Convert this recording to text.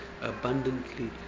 abundantly